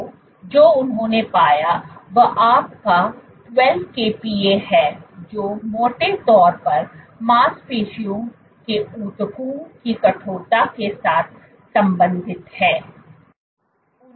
तो जो उन्होंने पाया वह आपका 12 kPa है जो मोटे तौर पर मांसपेशियों के ऊतकों की कठोरता के साथ संबंधित है